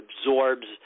absorbs